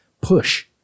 push